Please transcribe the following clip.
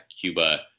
Cuba